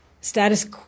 status